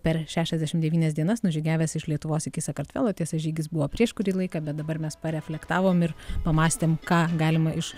per šešiasdešimt devynias dienas nužygiavęs iš lietuvos iki sakartvelo tiesa žygis buvo prieš kurį laiką bet dabar mes pareflektavom ir pamąstėm ką galima iš